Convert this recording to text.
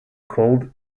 called